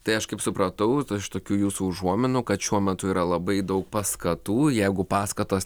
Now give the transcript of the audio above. tai aš kaip supratau iš tokių jūsų užuominų kad šiuo metu yra labai daug paskatų jeigu paskatos